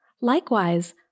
Likewise